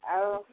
ଆଉ